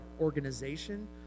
organization